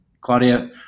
Claudia